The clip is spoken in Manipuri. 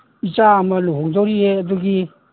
ꯏꯆꯥ ꯑꯃ ꯂꯨꯍꯣꯡꯗꯧꯔꯤꯌꯦ ꯑꯗꯨꯒꯤ